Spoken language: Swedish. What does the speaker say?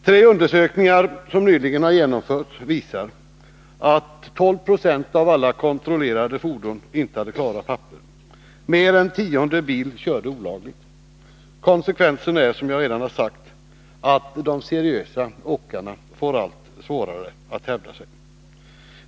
Tre undersökningar som nyligen har genomförts visar att 12 20 av alla kontrollerade fordon inte hade klara papper. Mer än var tionde bil körde olagligt. Konsekvensen är, som jag redan har sagt, att de seriösa åkarna får allt svårare att hävda sig.